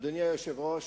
אדוני היושב-ראש,